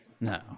No